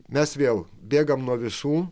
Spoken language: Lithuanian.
mes vėl bėgam nuo visų